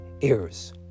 ears